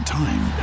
time